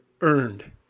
earned